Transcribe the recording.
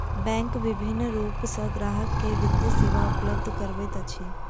bank विभिन्न रूप सॅ ग्राहक के वित्तीय सेवा उपलब्ध करबैत अछि